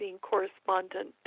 correspondent